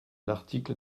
l’article